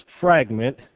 fragment